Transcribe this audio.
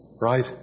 right